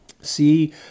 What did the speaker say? See